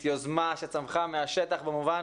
יוזמה שצמחה מהשטח במובן